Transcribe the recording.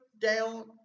down